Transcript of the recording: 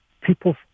People